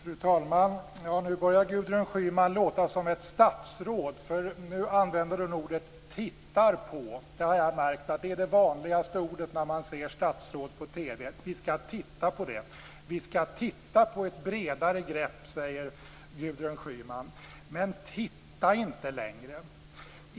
Fru talman! Nu börjar Gudrun Schyman låta som ett statsråd. Nu använder hon orden tittar på. Det har jag märkt är de vanligaste orden när man ser statsråd på TV: Vi skall titta på det. Vi skall titta på ett bredare grepp, säger Gudrun Schyman. Men titta inte längre!